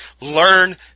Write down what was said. Learn